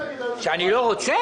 שאני לא רוצה?